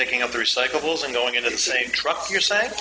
picking up the recyclables and going in the same truck you're saying